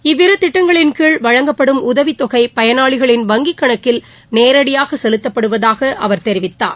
இவ்விரு திட்டங்களின்கீழ் வழங்கப்படும் உதவித்தொகை பயனாளிகளின் வங்கிக் கணக்கில் நேரடியாக செலுத்தப்படுவதாக அவர் தெரிவித்தார்